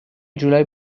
جولای